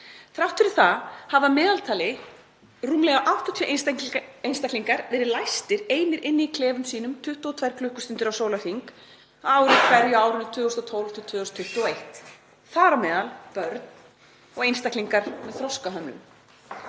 Þrátt fyrir það hafa að meðaltali rúmlega 80 einstaklingar verið læstir einir inni í klefum sínum, 22 klukkustundir á sólarhring, á ári hverju á árunum 2012–2021, þar á meðal börn og einstaklingar með þroskahömlun.